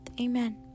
Amen